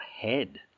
head